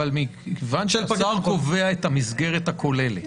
מכיוון שהשר קובע את המסגרת הכוללת,